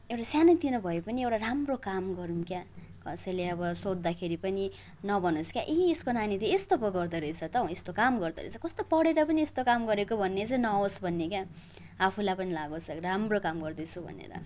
एउटा सानोतिनो भए पनि एउटा राम्रो काम गरौँ क्या कसैले अब सोद्धाखेरि पनि नभनोस् क्या इ यसको नानी त यस्तो पो गर्दोरहेछ त यस्तो काम गर्दोरहेछ कस्तो पढेर पनि यस्तो काम गरेको भन्ने चाहिँ नहोस् भन्ने के आफूलाई पनि लागोस् राम्रो काम गर्दैछु भनेर